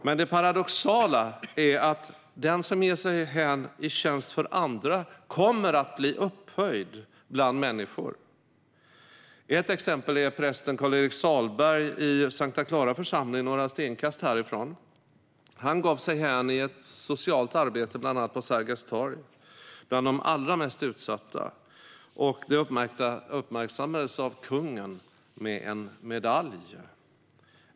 Men det paradoxala är att den som ger sig hän i tjänst för andra kommer att bli upphöjd bland människor. Ett exempel är prästen Carl-Erik Sahlberg i S:ta Clara församling, några stenkast härifrån. Han gav sig hän i ett socialt arbete, bland annat på Sergels torg, bland de allra mest utsatta. Det uppmärksammades av kungen, med en medalj.